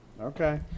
Okay